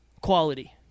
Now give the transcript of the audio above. Quality